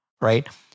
right